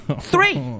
Three